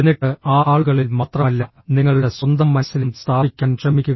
എന്നിട്ട് ആ ആളുകളിൽ മാത്രമല്ല നിങ്ങളുടെ സ്വന്തം മനസ്സിലും സ്ഥാപിക്കാൻ ശ്രമിക്കുക